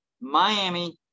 Miami